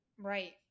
Right